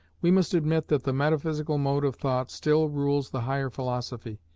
we must admit that the metaphysical mode of thought still rules the higher philosophy,